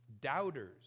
doubters